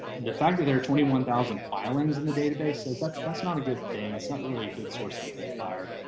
the fact that there are twenty one thousand filings in the database. so that's, that's not a good thing is certainly a good source identifier.